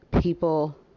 people